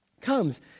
comes